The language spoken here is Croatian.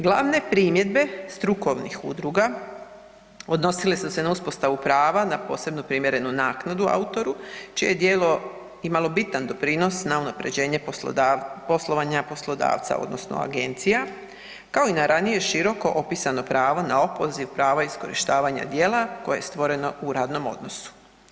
Glavne primjedbe strukovnih udruga odnosile su se na uspostavu prava na posebnu primjerenu naknadu autoru čije je djelo imalo bitan doprinos na unapređenje poslovanja poslodavca odnosno agencija kao i na ranije široko opisano pravo na opoziv prava iskorištavanja djela koje je stvoreno u radnom odnosu.